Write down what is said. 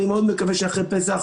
אני מאוד מקווה שאחרי פסח,